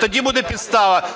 тоді буде підстава